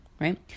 right